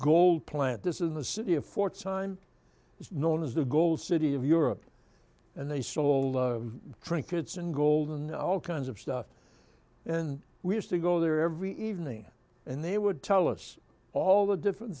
gold plant this in the city of four time known as the gold city of europe and they sold trinkets and gold and all kinds of stuff and we used to go there every evening and they would tell us all the different